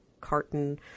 carton